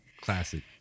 classic